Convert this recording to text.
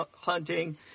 hunting